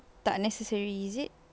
tak necessary is it